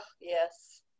yes